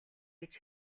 гэж